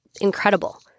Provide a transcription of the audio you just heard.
incredible